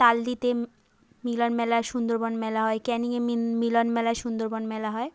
তালদিতে মিলন মেলা সুন্দরবন মেলা হয় ক্যানিংয়ে মিলন মেলা সুন্দরবন মেলা হয়